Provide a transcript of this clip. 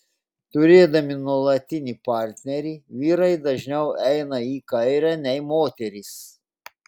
turėdami nuolatinį partnerį vyrai dažniau eina į kairę nei moterys